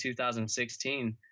2016